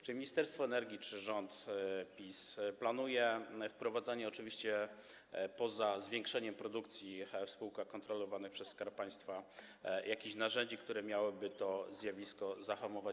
Czy Ministerstwo Energii, czy rząd PiS planuje wprowadzenie, oczywiście poza zwiększeniem produkcji w spółkach kontrolowanych przez Skarb Państwa, jakichś narzędzi, które miałyby to zjawisko zahamować?